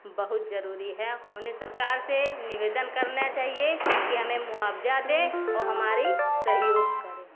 बहुत ज़रूरी है उन्हें सरकार से निवेदन करना चाहिए कि हमें मुआवज़ा दें और हमारा सहयोग करें